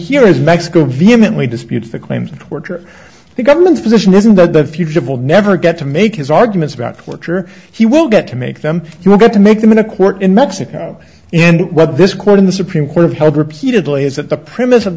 here is mexico vehemently disputes the claims of torture the government's position isn't that the future will never get to make his arguments about torture he will get to make them you have got to make them in a court in mexico and what this quote in the supreme court upheld repeatedly is that the premise of